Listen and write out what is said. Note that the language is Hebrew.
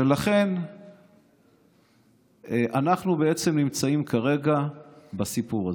ולכן אנחנו בעצם נמצאים כרגע בסיפור הזה.